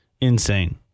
insane